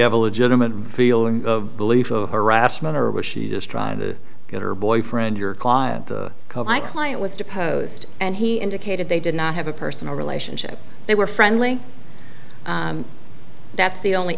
have a legitimate feeling belief of harassment or was she is trying to get her boyfriend your client the co my client was deposed and he indicated they did not have a personal relationship they were friendly that's the only